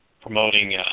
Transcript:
promoting